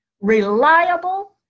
reliable